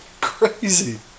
Crazy